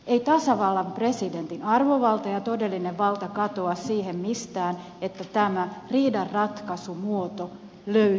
ei tasavallan presidentin arvovalta ja todellinen valta katoa siitä mihinkään että tämä riidan ratkaisumuoto löytyy perustuslaista